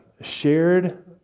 shared